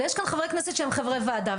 ויש כאן חברי כנסת שהם חברי ועדה,